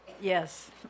Yes